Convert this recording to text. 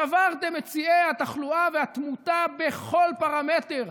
שברתם את שיאי התחלואה והתמותה בכל פרמטר,